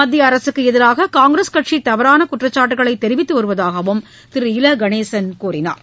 மத்தியஅரசுக்குஎதிராககாங்கிரஸ் கட்சிதவறானகுற்றச்சாட்டுக்களைதெரிவித்துவருவதாகவும் திரு இல கணேசன் தெரிவித்தார்